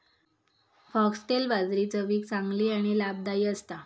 foxtail बाजरी चवीक चांगली आणि लाभदायी असता